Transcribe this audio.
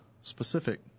specific